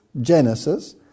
Genesis